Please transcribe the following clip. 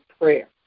prayer